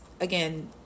again